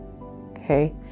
okay